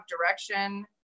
direction